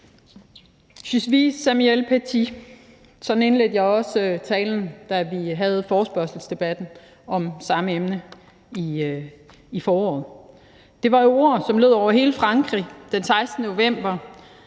Je suis Samuel Paty – sådan indledte jeg også talen, da vi havde forespørgselsdebatten om samme emne i foråret. Det var jo ord, som lød over hele Frankrig den 16. november